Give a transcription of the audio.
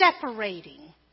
separating